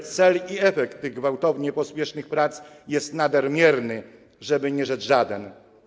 Cel i efekt tych gwałtownych, pospiesznych prac jest nader mierny, żeby nie rzec: żaden.